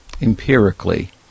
empirically